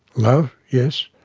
love, yes,